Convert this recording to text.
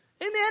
Amen